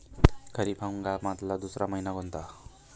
खरीप हंगामातला दुसरा मइना कोनता?